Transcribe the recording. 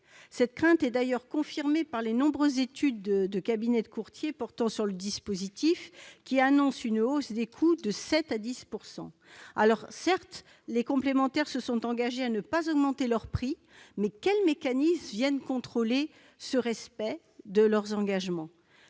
Cette crainte est d'ailleurs confirmée par les nombreuses études de cabinets de courtiers portant sur le dispositif : elles annoncent une hausse des coûts de 7 % à 10 %. Certes, les complémentaires se sont engagées à ne pas augmenter leurs prix, mais quels mécanismes permettront de contrôler le respect de leurs engagements ?